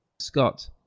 scott